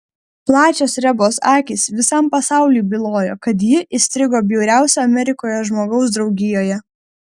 plačios rebos akys visam pasauliui bylojo kad ji įstrigo bjauriausio amerikoje žmogaus draugijoje